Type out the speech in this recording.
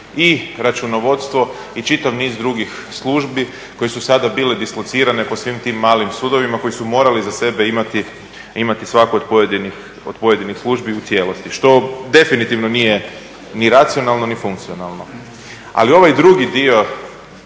i računovodstvo i čitav niz drugih službi koje su sada bile dislocirane po svim tim malim sudovima koji su morali za sebe imati svaku od pojedinih službi u cijelosti, što definitivno nije ni racionalno ni funkcionalno. Ali ovaj drugi dio